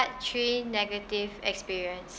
three negative experience